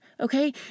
Okay